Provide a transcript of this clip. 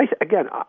again